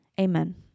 Amen